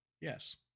Yes